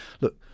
look